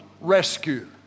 rescue